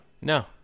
No